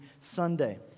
Sunday